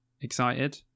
Excited